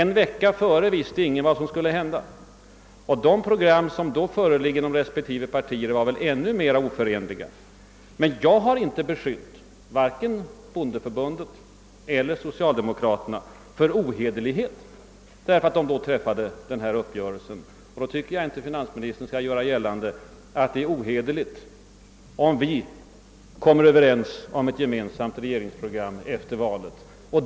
En vecka innan visste ingen vad som skulle hända, och de program som då förelåg inom respektive partier var ännu mer oförenliga än motsvarande program i den borgerliga oppositionen. Jag har inte beskyllt vare sig socialdemokraterna eller bondeförbundet för ohederlighet för att de träffade uppgörelse den gången, och jag tycker inte att finansministern skall göra gällande att det är »ohederligt« om oppositionen kommer överens om ett gemensamt regeringsprogram efter valet.